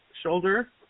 shoulder